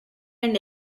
and